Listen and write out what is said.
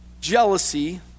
jealousy